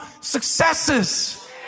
successes